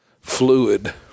fluid